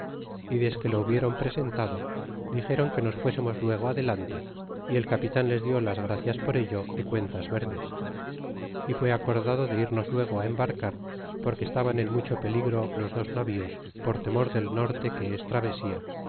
y desque lo hubieron presentado dixéron que nos fuesemos luego adelante y el ce l tm les die las gracias por ello é cuentas verdes y fue acordado de irnos luego a embarcar porque estaban en mucho peligro los dos navíos por temor del norte que es travesía